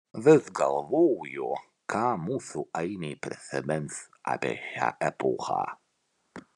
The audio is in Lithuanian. vis galvoju ką mūsų ainiai prisimins apie šią epochą